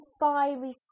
fiery